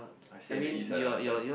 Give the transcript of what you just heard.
I stay in the east lah last time